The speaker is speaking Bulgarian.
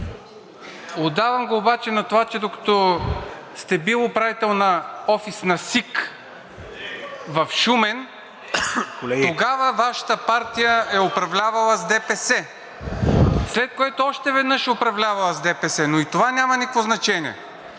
Отдавам го обаче на това, че докато сте били управител на офис на СИК в Шумен (шум и реплики), тогава Вашата партия е управлявала с ДПС, след което още веднъж управлявала с ДПС (шум и реплики), но и това няма никакво значение.